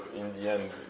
in the end,